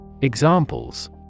Examples